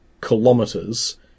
kilometers